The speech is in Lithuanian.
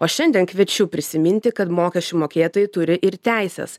o šiandien kviečiu prisiminti kad mokesčių mokėtojai turi ir teises